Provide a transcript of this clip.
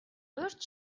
урд